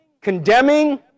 condemning